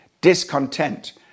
discontent